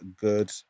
Good